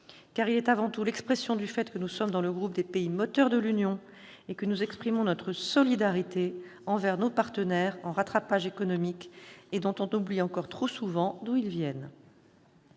Car il est avant tout l'expression du fait que nous sommes dans le groupe des « pays moteurs » de l'Union, et que nous exprimons notre solidarité envers nos partenaires en rattrapage économique et dont on oublie encore trop souvent d'où ils viennent.